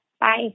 Bye